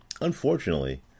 unfortunately